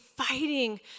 fighting